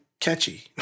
catchy